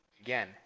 Again